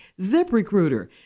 ZipRecruiter